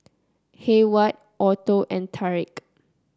Hayward Otho and Tarik